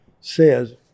says